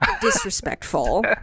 disrespectful